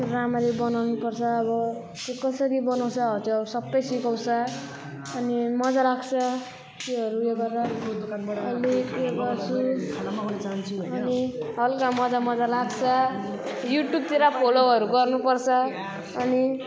राम्ररी बनाउनुपर्छ अब त्यो कसरी बनाउँछ हौ त्यो सबै सिकाउँछ अनि मजा लाग्छ त्योहरू उयो गरेर अलिक उयो गर्छु अनि हल्का मजा मजा लाग्छ युट्युबतिर फलोहरू गर्नुपर्छ अनि